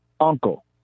uncle